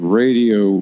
radio